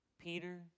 Peter